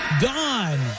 Gone